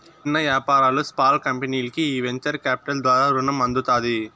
చిన్న యాపారాలు, స్పాల్ కంపెనీల్కి ఈ వెంచర్ కాపిటల్ ద్వారా రునం అందుతాది